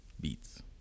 beats